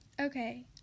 Okay